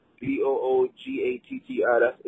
B-O-O-G-A-T-T-I